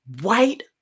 white